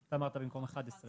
12(ב), אתה אמרת במקום 11(ב).